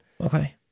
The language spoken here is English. Okay